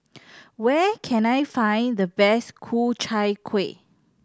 where can I find the best Ku Chai Kuih